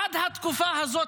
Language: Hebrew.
עד התקופה הזאת,